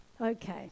Okay